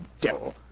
devil